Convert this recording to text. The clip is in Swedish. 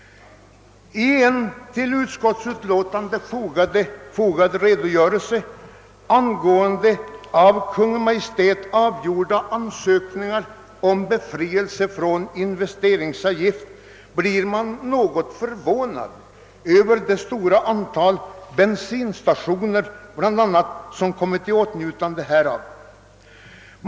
Till utskottsbetänkandet har fogats en redogörelse för av Kungl. Maj:t avgjorda ansökningar om befrielse från investeringsavgift. Det väcker någon förvåning när man där ser det stora antal bensinstationer som kommit i åtnjutande av sådan befrielse.